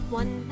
one